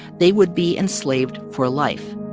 they would be enslaved for life